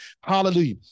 Hallelujah